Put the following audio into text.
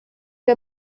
der